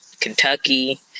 Kentucky